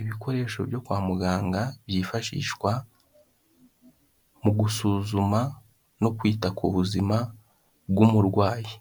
Ibikoresho byo kwa muganga byifashishwa mu gusuzuma no kwita ku buzima bw'umurwayi,